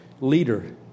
leader